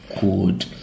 good